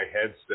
headset